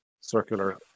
circular